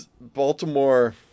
Baltimore